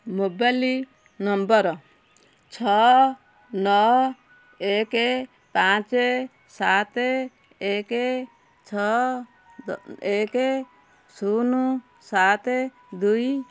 mobile number ଛଅ ନଅ ଏକ ପାଞ୍ଚ ସାତ ଏକ ଛଅ ଏକ ଶୂନ ସାତ ଦୁଇ